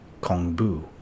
Kongbu